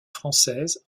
française